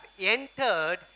entered